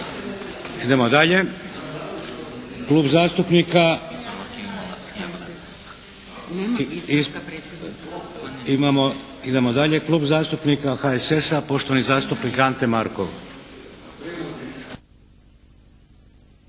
Idemo dalje. Klub zastupnika HSS-a, poštovani zastupnik Ante Markov.